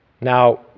Now